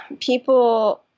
people